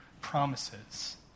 promises